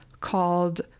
called